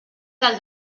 del